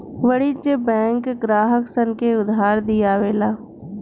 वाणिज्यिक बैंक ग्राहक सन के उधार दियावे ला